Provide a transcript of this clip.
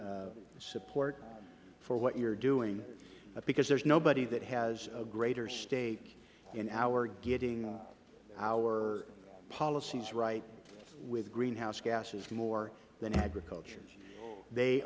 support for what you are doing because there is nobody that has a greater stake in our getting our policies right with greenhouse gases more than agriculture